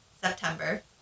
September